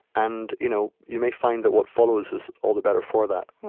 and you know you may find that what follows is all the better for that